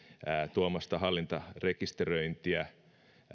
tuomasta hallintarekisteröintiä